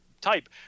type